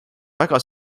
väga